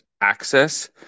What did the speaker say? access